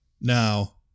Now